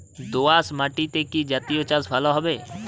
দোয়াশ মাটিতে কি জাতীয় চাষ ভালো হবে?